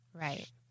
Right